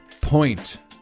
point